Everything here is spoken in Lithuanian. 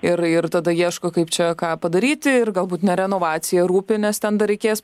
ir ir tada ieško kaip čia ką padaryti ir galbūt ne renovacija rūpi nes ten dar reikės